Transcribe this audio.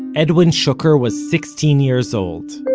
edwin shuker was sixteen years old.